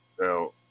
now